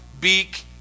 beak